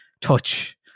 touch